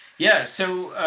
yeah, so,